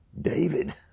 David